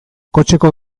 kotxeko